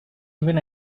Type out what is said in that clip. even